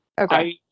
Okay